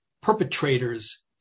perpetrators